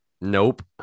Nope